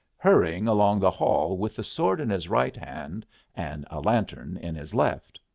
hurrying along the hall with the sword in his right hand and a lantern in his left.